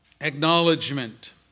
acknowledgement